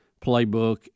playbook